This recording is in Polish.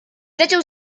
zaczął